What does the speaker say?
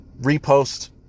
Repost